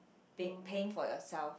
pi~ paying for yourself